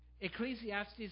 Ecclesiastes